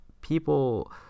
people